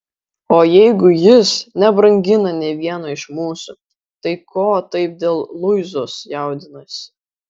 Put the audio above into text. o jeigu jis nebrangina nė vieno iš mūsų tai ko taip dėl luizos jaudinasi